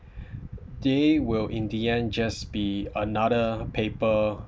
they will in the end just be another paper